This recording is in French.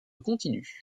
continu